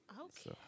Okay